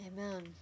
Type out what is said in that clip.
Amen